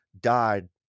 died